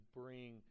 bring